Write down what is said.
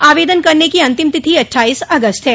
आवेदन करने की अंतिम तिथि अट्ठाईस अगस्त है